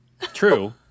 true